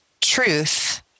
truth